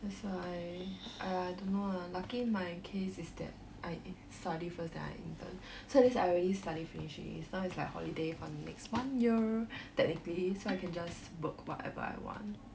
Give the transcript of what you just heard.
that's why !aiya! I don't know lah lucky my case is that I study first then I intern so at least I already study finish already so now is like holiday for the next one year technically so I can just work whatever I want